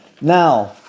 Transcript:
Now